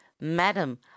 madam